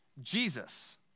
Jesus